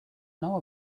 know